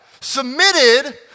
submitted